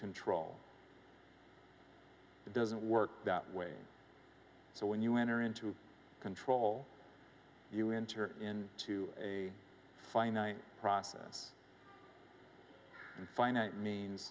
control it doesn't work that way so when you enter into control you enter in to a finite process and finite means